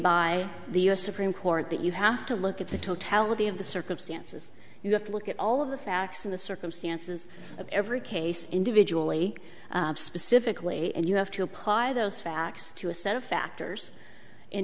by the u s supreme court that you have to look at the totality of the circumstances you have to look at all of the facts and the circumstances of every case individually specifically and you have to apply those facts to a set of factors in